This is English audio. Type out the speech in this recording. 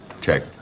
Check